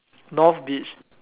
north beach